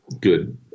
good